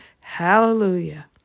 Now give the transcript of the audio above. Hallelujah